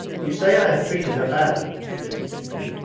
you say i have treated her badly he continued,